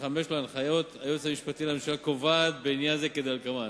6005 להנחיות היועץ המשפטי לממשלה קובעת בעניין זה כדלקמן: